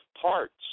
parts